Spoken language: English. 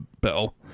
bell